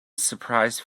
surprise